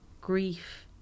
grief